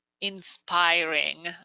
inspiring